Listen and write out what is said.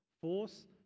force